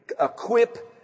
equip